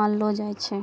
मानलो जाय छै